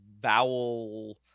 vowel